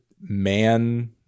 man